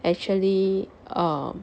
actually um